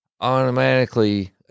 automatically